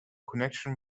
connection